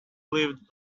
lived